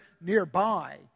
nearby